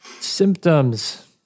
symptoms